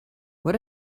what